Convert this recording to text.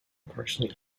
partially